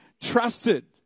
trusted